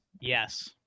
Yes